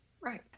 right